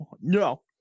no